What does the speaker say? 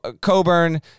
Coburn